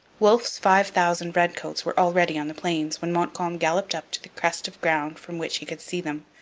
wolfe's five thousand redcoats were already on the plains when montcalm galloped up to the crest of ground from which he could see them,